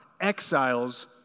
exiles